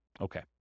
Okay